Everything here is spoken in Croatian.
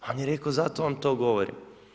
On je rekao zato vam to govorim.